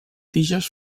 tiges